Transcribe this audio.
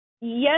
Yes